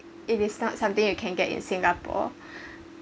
it is not something you can get in singapore